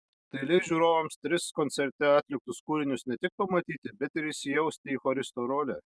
tai leis žiūrovams tris koncerte atliktus kūrinius ne tik pamatyti bet ir įsijausti į choristo rolę